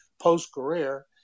post-career